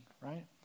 right